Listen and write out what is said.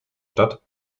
stadt